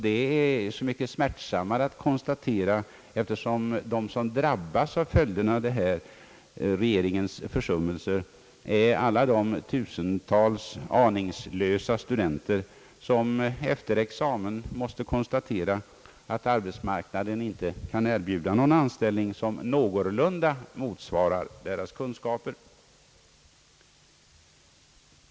Det är så mycket smärtsammare att konstatera eftersom de som drabbas av följderna av regeringens försummelser är alla de tusentals aningslösa studenter, som efter examen måste konstatera att arbetsmarknaden inte kan erbjuda någon anställning som någorlunda motsvarar deras kunskaper.